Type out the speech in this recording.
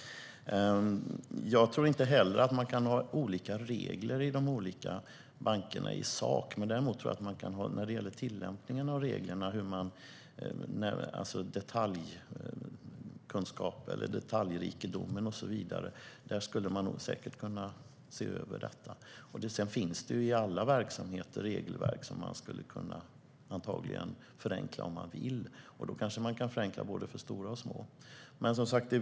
Jag tror inte heller att man kan ha olika regler i de olika bankerna i sak. Däremot tror jag att man kan ha olika tillämpning av reglerna när det gäller detaljrikedom och så vidare. Detta skulle man säkert kunna se över. Sedan finns det i alla verksamheter regelverk som man skulle kunna förenkla om man ville. Då skulle man kanske kunna förenkla för både stora och små bolag.